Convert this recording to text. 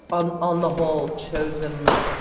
on on the whole, chosen